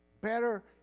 better